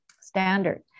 standard